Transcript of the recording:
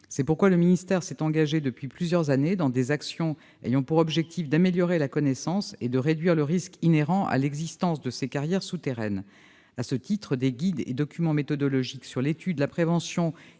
C'est pourquoi le ministère s'est engagé depuis plusieurs années dans des actions ayant pour objectifs d'améliorer la connaissance et de réduire le risque inhérent à l'existence de ces carrières souterraines. À ce titre, des guides et documents méthodologiques sur l'étude, la prévention